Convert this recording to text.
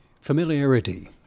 Familiarity